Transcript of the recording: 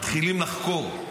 מתחילים לחקור.